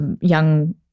young